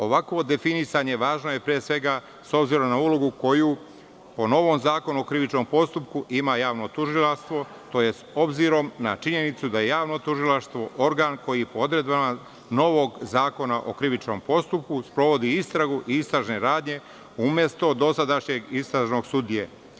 Ovakvo definisanje, važno je, pre svega, s obzirom na ulogu koju po novom zakonu o krivičnom postupku ima javno tužilaštvo, obzirom na činjenicu da je javno tužilaštvo organ koji po odredbama novog Zakona o krivičnom postupku sprovodi istragu i istražne radnje, umesto dosadašnjeg istražnog sudije.